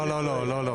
לא, לא.